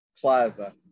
plaza